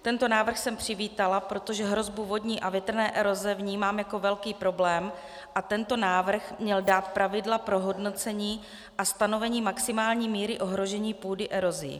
Tento návrh jsem přivítala, protože hrozbu vodní a větrné eroze vnímám jako velký problém a tento návrh měl dát pravidla pro hodnocení a stanovení maximální míry ohrožení půdy erozí.